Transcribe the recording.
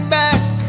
back